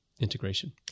integration